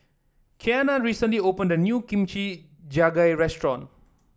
Keanna recently opened a new Kimchi Jjigae Restaurant